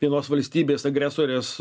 vienos valstybės agresorės